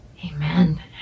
Amen